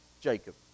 Jacob